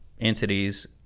entities